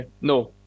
No